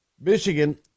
Michigan